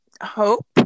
hope